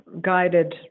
guided